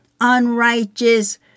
unrighteous